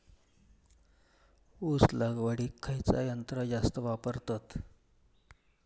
ऊस लावडीक खयचा यंत्र जास्त वापरतत?